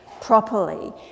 properly